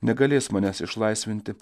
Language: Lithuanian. negalės manęs išlaisvinti